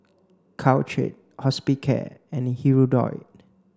Caltrate Hospicare and Hirudoid